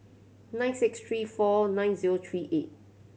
nine six three four nine zero three eight